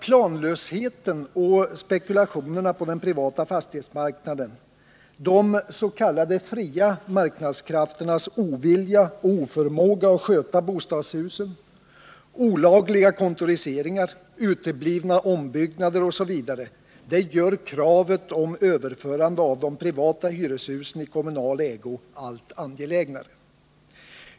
Planlösheten och spekulationerna på den privata fastighetsmarknaden, de s.k. fria marknadskrafternas ovilja och oförmåga att sköta bostadshusen, olagliga kontoriseringar av kontor, uteblivna ombyggnader osv. gör kravet på överförande av de privata hyreshusen i kommunal ägo allt angelägnare.